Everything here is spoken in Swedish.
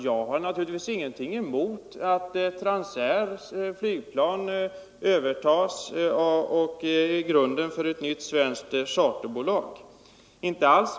Jag har naturligtvis ingenting emot att Transairs flygplan övertas och blir grunden för ett nytt svenskt charterbolag.